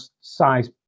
size